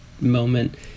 moment